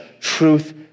truth